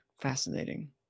fascinating